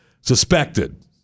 suspected